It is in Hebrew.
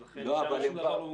לכן שם שום דבר לא מומש.